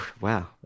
Wow